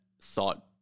thought